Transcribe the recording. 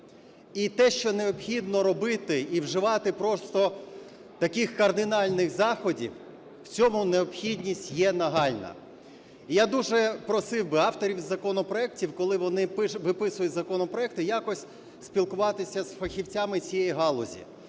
І те, що необхідно робити і вживати просто таких кардинальних заходів, в цьому необхідність є нагальна. Я дуже просив би авторів законопроектів, коли вони виписують законопроекти, якось спілкуватися з фахівцями цієї галузі.